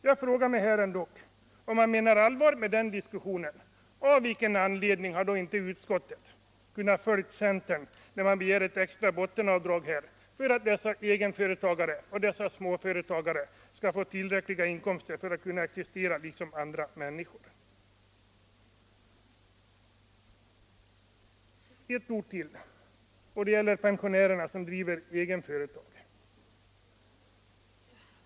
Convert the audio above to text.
Jag frågar mig: Om man menar allvar med den diskussionen, av vilken anledning har då inte utskottet följt centern när vi begär ett extra bottenavdrag för att dessa egenföretagare och andra små företagare skall få tillräckliga inkomster för att kunna existera liksom andra människor? Jag vill säga några ord till, och det gäller pensionärerna som driver egenföretag.